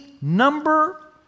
number